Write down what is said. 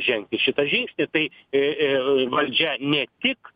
žengti šitą žingsnį tai ir valdžia ne tik